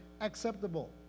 acceptable